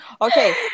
Okay